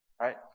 right